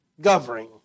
governing